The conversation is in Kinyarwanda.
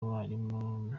abarimu